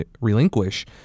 relinquish